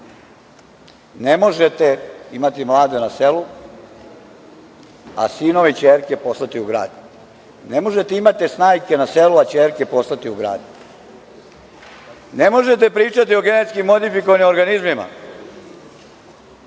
Ne možete imati mlade na selu, a sinove i kćerke poslati u grad. Ne možete imati snajke na selu, a ćerke poslati u grad. Ne možete pričati o genetski modifikovanim organizmima,